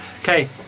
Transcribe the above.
Okay